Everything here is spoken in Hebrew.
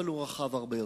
אבל הוא רחב הרבה יותר.